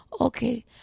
okay